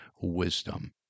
wisdom